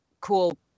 cool